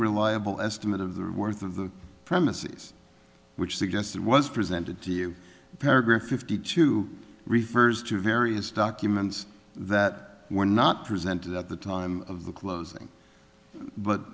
reliable estimate of the worth of the premises which suggests that was presented to you paragraph fifty two refers to various documents that were not present at the time of the closing but